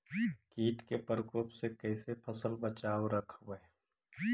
कीट के परकोप से कैसे फसल बचाब रखबय?